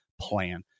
plan